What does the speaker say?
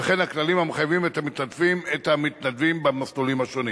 וכן הכללים המחייבים את המתנדבים במסלולים השונים.